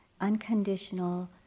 unconditional